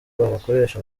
babakoresha